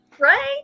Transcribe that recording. right